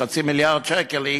חצי מיליארד שקל,